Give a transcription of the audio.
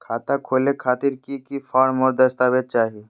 खाता खोले खातिर की की फॉर्म और दस्तावेज चाही?